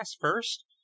first